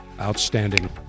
Outstanding